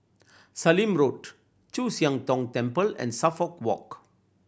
Sallim Road Chu Siang Tong Temple and Suffolk Walk